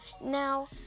now